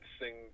sing